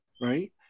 right